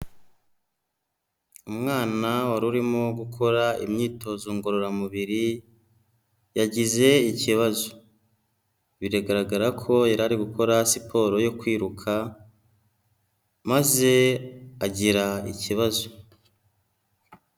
Umwana wari urimo gukora imyitozo ngororamubiri, yagize ikibazo biragaragara ko yari ari gukora siporo yo kwiruka maze agira ikibazo.